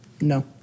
No